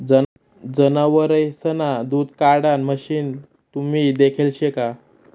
जनावरेसना दूध काढाण मशीन तुम्ही देखेल शे का?